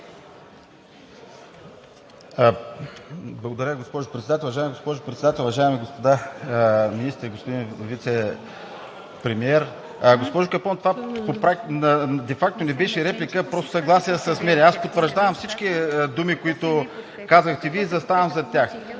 Уважаема госпожо Председател, уважаеми господин Министър и господин Вицепремиер! Госпожо Капон, това де факто не беше реплика, а просто съгласие с мен. Потвърждавам всички думи, които казахте Вие, и заставам зад тях.